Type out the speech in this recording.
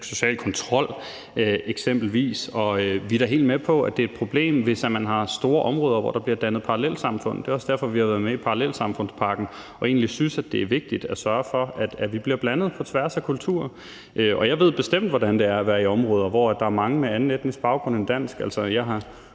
social kontrol eksempelvis, og vi er da helt med på, at det er et problem, hvis man har store områder, hvor der bliver dannet parallelsamfund. Det er også derfor, vi er med i parallelsamfundspakken og egentlig synes, at det er vigtigt at sørge for, at vi bliver blandet på tværs af kulturer. Jeg ved bestemt, hvordan det er at være i områder, hvor der er mange med anden etnisk baggrund end dansk. Altså, jeg har